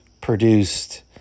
produced